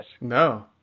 No